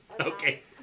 Okay